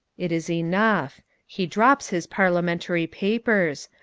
it is enough. he drops his parliamentary papers.